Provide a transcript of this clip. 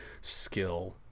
skill